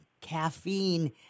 caffeine